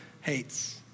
hates